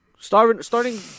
starting